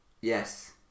Yes